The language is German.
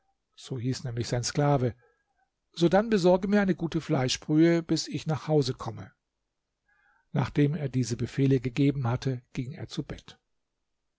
so hieß nämlich sein sklave sodann besorge mir eine gute fleischbrühe bis ich nach hause komme nachdem er ihr diese befehle gegeben hatte ging er zu bett